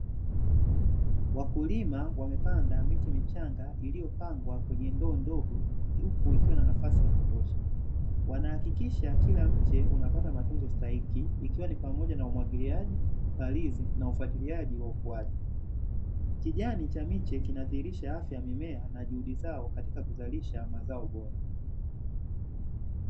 Wakulima wamepanda miche michanga iliyopandwa kwenye ndoo ndogo huku ukiwa na nafasi ya kutosha, wanahakikisha kila mche unapata matunzo stahiki ikiwa ni pamoja na umwagiliaji , palizi na ufuatiliaji wa ukuaji kijani cha miche kinadhihirisha afya ya mimea na juhudi zao katika kuzalisha mazao bora.